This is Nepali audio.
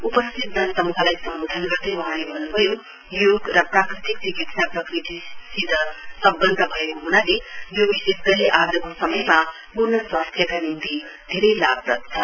उपस्थित जनसमूहलाई सम्बोधन गर्दै वहाँले भन्नुभयो योग र प्राकृतिक चिकित्सा प्रकृतिसित सम्वध्द भएको ह्नाले यो विशेष गरी आजको समयमा पूर्ण स्वास्थ्यका निम्ति धेरै लाभप्रद छ